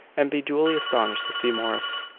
and be duly astonished to see morris.